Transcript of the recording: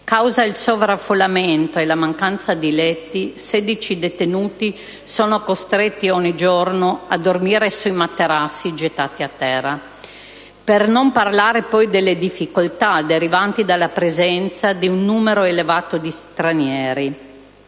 Causa il sovraffollamento e la mancanza di letti, 16 detenuti sono costretti a dormire sui materassi gettati a terra. Per non parlare poi delle difficoltà derivanti dalla presenza di un numero elevato di stranieri